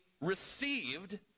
received